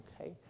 Okay